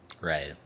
right